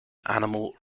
animal